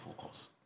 focus